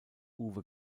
uwe